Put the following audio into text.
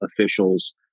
officials